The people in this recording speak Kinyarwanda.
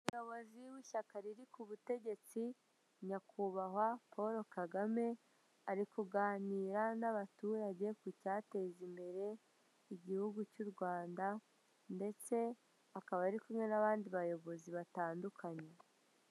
Umuyobozi w'ishyaka riri ku butegetsi, nyakubahwa Paul Kagame, ari kuganira n'abaturage ku cyateza imbere igihugu cy'u Rwanda, ndetse akaba ari kumwe n'abandi bayobozi batandukanye.